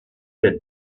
der